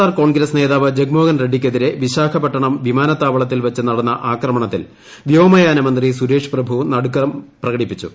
R Congress നേതാവ് ജഗ്മോഹൻ റെഡ്സിക്കെതിരെ വിശാഖപട്ടണം വിമാനത്താവളത്തിൽ വച്ച് നടന്ന ആക്രമണത്തിൽ വ്യോമയാന മന്ത്രി സുരേഷ് പ്രഭു നടുക്കം പ്രകടിപ്പിച്ചു